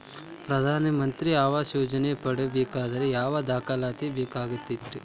ಪ್ರಧಾನ ಮಂತ್ರಿ ಆವಾಸ್ ಯೋಜನೆ ಪಡಿಬೇಕಂದ್ರ ಯಾವ ದಾಖಲಾತಿ ಬೇಕಾಗತೈತ್ರಿ?